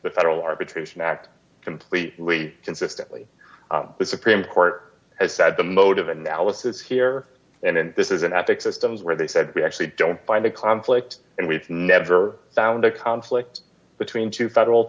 the federal arbitration act completely consistently the supreme court has said the mode of analysis here and this is an ethics systems where they said we actually don't find a conflict and we've never found a conflict between two federal